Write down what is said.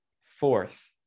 fourth